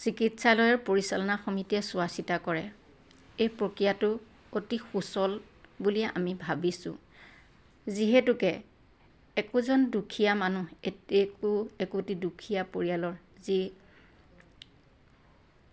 চিকিৎসালয়ৰ পৰিচালনা সমিতিয়ে চোৱা চিতা কৰে এই প্ৰক্ৰিয়াটো অতু সুচল বুলি আমি ভাবিছো যিহেতুকে একোজন দুখীয়া মানুহ একোটি দুখীয়া পৰিয়ালৰ যি